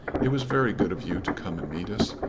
it was very good of you to come and meet us,